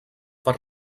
per